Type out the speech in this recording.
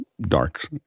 dark